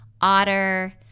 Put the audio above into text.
Otter